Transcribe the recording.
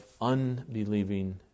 unbelieving